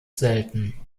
selten